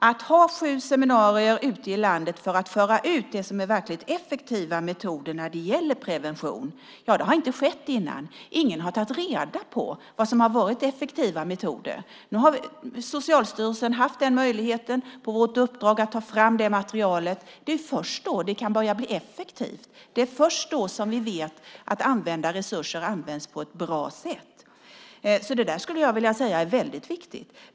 Att ha sju seminarier ute i landet för att föra ut verkligt effektiva metoder när det gäller prevention har inte skett förut. Ingen har tagit reda på vad som har varit effektiva metoder. Nu har Socialstyrelsen haft möjligheten på vårt uppdrag att ta fram det materialet. Det är först då det kan börja bli effektivt och vi vet att resurser används på ett bra sätt. Det är väldigt viktigt.